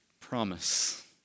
Promise